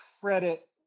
credit